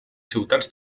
ciutats